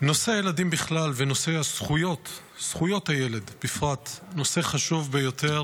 נושא הילדים בכלל ונושא זכויות הילד בפרט הוא נושא חשוב ביותר